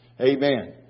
Amen